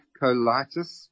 colitis